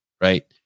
right